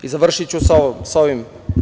I završiću sa ovim.